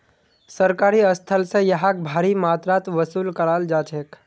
सरकारी स्थल स यहाक भारी मात्रात वसूल कराल जा छेक